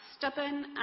stubborn